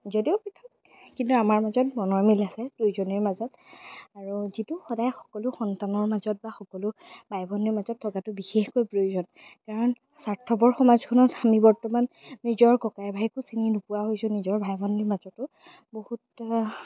যদিও পৃথক কিন্তু আমাৰ মাজত মনৰ মিল আছে দুয়োজনীৰ মাজত আৰু যিটো সদায় সকলো সন্তানৰ মাজত বা সকলো বাই ভনীৰ মাজত থকাতো বিশেষকৈ প্ৰয়োজন কাৰণ স্বাৰ্থপৰ সমাজখনত আমি বৰ্ত্তমান নিজৰ ককাই ভাইকো চিনি নোপোৱা হৈছোঁ নিজৰ ভাই ভনীৰ মাজতো বহুত